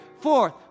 Fourth